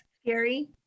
scary